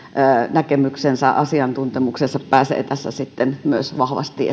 näkemyksensä ja asiantuntemuksensa pääsevät tässä sitten myös vahvasti